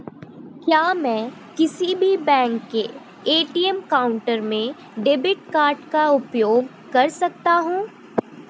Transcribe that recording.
क्या मैं किसी भी बैंक के ए.टी.एम काउंटर में डेबिट कार्ड का उपयोग कर सकता हूं?